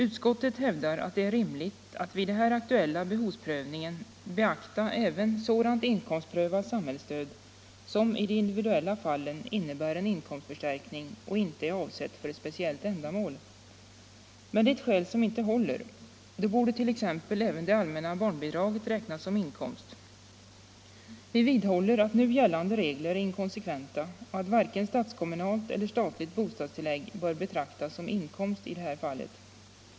Utskottet hävdar att det är rimligt att vid den här aktuella behovsprövningen beakta även sådant inkomstprövat samhällsstöd som i de individuella fallen innebär en inkomstförstärkning och inte är avsett för ett speciellt ändamål. Men det är ett skäl som inte håller. Då borde t.ex. även det allmänna barnbidraget räknas som inkomst. Vi vidhåller att nu gällande regler är inkonsekventa och att varken statskommunalt eller statligt bostadstillägg bör betraktas som inkomst i det här fallet.